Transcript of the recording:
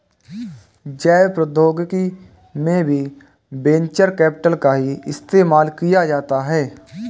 जैव प्रौद्योगिकी में भी वेंचर कैपिटल का ही इस्तेमाल किया जा रहा है